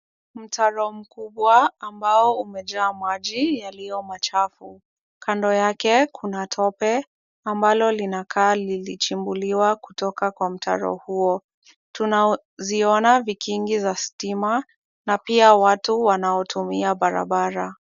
Mtaro mkubwa ambao umejaa maji yaliyo machafu. Kando yake kuna tope ambalo linakaa lilichimbuliwa kutoka kwa mtaro huo. Tunaziona vikingi za stima, na pia watu wanaotumia barabara.